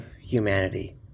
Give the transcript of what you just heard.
humanity